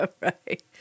right